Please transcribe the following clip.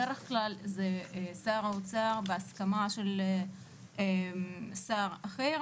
בדרך כלל זה שר האוצר בהסכמה של שר אחר,